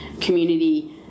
community